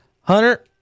Hunter